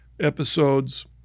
episodes